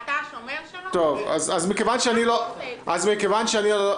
אתה לא רוצה שאני אעשה את --- אחרי שאדבר.